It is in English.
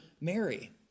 Mary